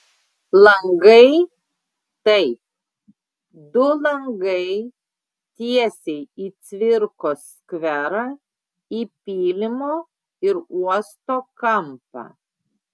langai taip du langai tiesiai į cvirkos skverą į pylimo ir uosto kampą